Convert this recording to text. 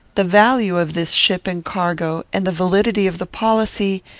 the value of this ship and cargo, and the validity of the policy,